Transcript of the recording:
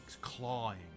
clawing